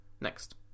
next